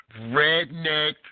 redneck